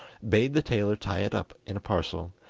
bade the tailor tie it up in a parcel,